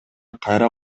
кайра